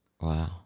Wow